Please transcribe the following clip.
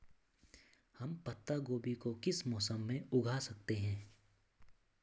हम पत्ता गोभी को किस मौसम में उगा सकते हैं?